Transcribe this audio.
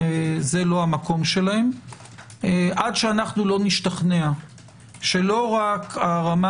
כי זה לא המקום שלהם - עד שאנחנו לא נשתכנע שלא רק הרמה